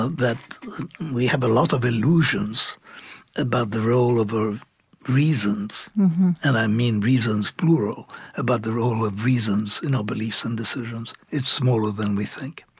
that we have a lot of illusions about the role of of reasons and i mean reasons, plural about the role of reasons in our beliefs and decisions. it's smaller than we think